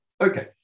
Okay